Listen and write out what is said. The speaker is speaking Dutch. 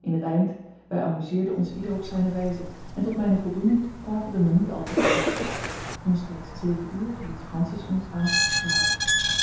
in t eind wij amuseerden ons ieder op zijne wijze en tot mijne voldoening tafelde men niet al te lang omstreeks zeven uur liet francis ons aan de sigaar